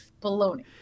baloney